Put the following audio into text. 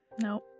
Nope